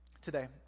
today